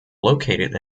located